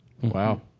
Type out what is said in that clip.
Wow